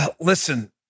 listen